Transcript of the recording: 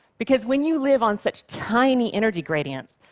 because when you live on such tiny energy gradients,